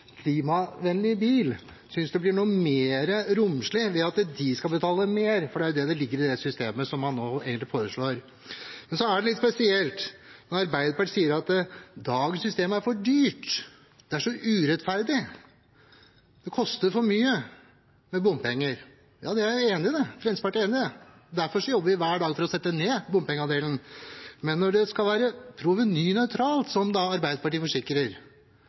klimavennlig bil, synes det blir noe mer romslig ved at de skal betale mer, for det er jo det som ligger i det systemet man nå foreslår. Så er det litt spesielt når Arbeiderpartiet sier at dagens system er for dyrt, det er så urettferdig, det koster for mye med bompenger. Ja, jeg er enig i det, Fremskrittspartiet er enig i det. Derfor jobber vi hver dag for å sette ned bompengeandelen. Men når det skal være provenynøytralt, som Arbeiderpartiet forsikrer